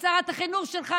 את שרת החינוך שלך,